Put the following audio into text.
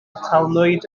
atalnwyd